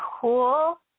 cool